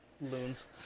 Loons